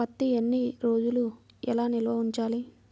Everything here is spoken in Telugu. పత్తి ఎన్ని రోజులు ఎలా నిల్వ ఉంచాలి?